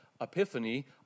Epiphany